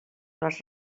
les